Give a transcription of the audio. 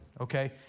okay